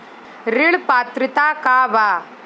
ऋण पात्रता का बा?